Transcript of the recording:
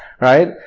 right